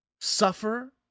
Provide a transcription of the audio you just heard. Suffer